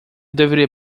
deveria